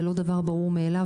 זה לא דבר ברור מאליו,